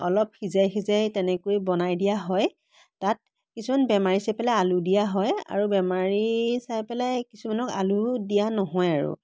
অলপ সিজাই সিজাই তেনেকৈয়ে বনাই দিয়া হয় তাত কিছুমান বেমাৰী চাই পেলাই আলু দিয়া হয় আৰু বেমাৰী চাই পেলাই কিছুমানক আলুও দিয়া নহয় আৰু